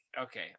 okay